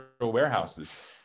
warehouses